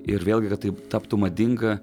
ir vėlgi kad tai taptų madinga